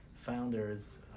Founders